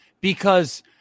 because-